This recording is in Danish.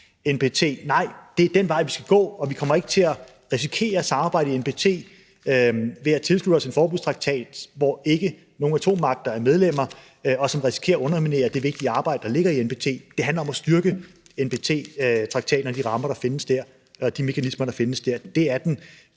NPT. Nej, det er den vej, vi skal gå, og vi kommer ikke til at risikere samarbejdet i NPT ved at tilslutte os en forbudstraktat, hvor ingen atommagter er medlemmer, og som risikerer at underminere det vigtige arbejde, der ligger i NPT. Det handler om at styrke NPT-traktaten og de mekanismer og rammer, der findes der. Det er den